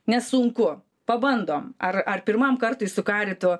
nes sunku pabandom ar ar pirmam kartui su karitu